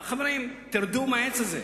חברים, תרדו מהעץ הזה.